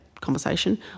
Conversation